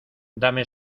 dame